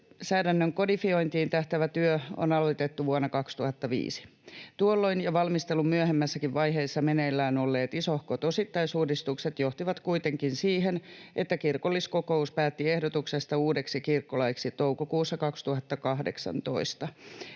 kodifiointiin tähtäävä työ on aloitettu vuonna 2005. Tuolloin ja valmistelun myöhemmässäkin vaiheessa meneillään olleet isohkot osittaisuudistukset johtivat kuitenkin siihen, että kirkolliskokous päätti ehdotuksesta uudeksi kirkkolaiksi toukokuussa 2018.